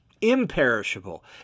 imperishable